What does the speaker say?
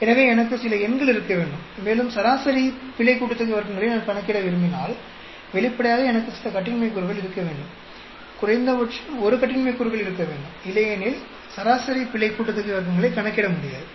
எனவே எனக்கு சில எண்கள் இருக்க வேண்டும் மேலும் சராசரி பிழை கூட்டுத்தொகை வர்க்கங்களை நான் கணக்கிட விரும்பினால் வெளிப்படையாக எனக்கு சில கட்டின்மை கூறுகள் இருக்க வேண்டும் குறைந்தபட்சம் ஒரு கட்டின்மை கூறுகள் இருக்க வேண்டும் இல்லையெனில் சராசரி பிழை கூட்டுத்தொகை வர்க்கங்களை கணக்கிட முடியாது